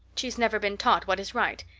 she's never been taught what is right.